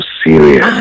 serious